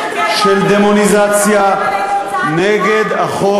של דמוניזציה נגד החוק,